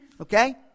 Okay